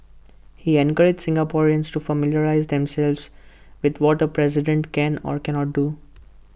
he encouraged Singaporeans to familiarise themselves with what A president can or cannot do